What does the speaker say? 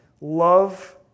love